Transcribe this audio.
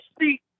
speak